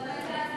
הצלחה.